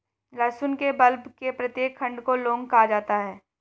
लहसुन के बल्ब के प्रत्येक खंड को लौंग कहा जाता है